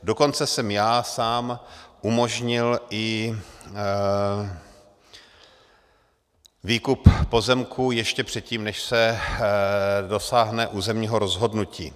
Dokonce jsem já sám umožnil i výkup pozemků ještě předtím, než se dosáhne územního rozhodnutí.